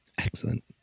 Excellent